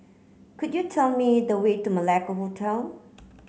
could you tell me the way to Malacca Hotel